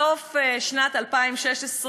סוף שנת 2016,